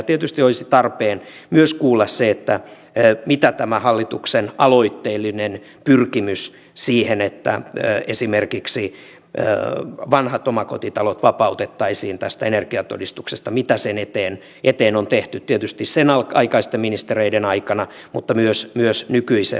tietysti olisi tarpeen myös kuulla tästä hallituksen aloitteellisesta pyrkimyksestä siihen että esimerkiksi vanhat omakotitalot vapautettaisiin tästä energiatodistuksesta mitä sen eteen on tehty tietysti sen aikaisten ministereiden aikana mutta myös nykyisen ministerin aikana